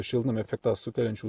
šiltnamio efektą sukeliančių